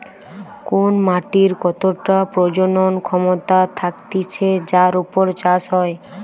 কোন মাটির কতটা প্রজনন ক্ষমতা থাকতিছে যার উপর চাষ হয়